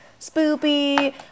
spoopy